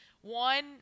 one